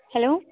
hello